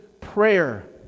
prayer